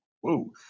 whoa